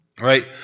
Right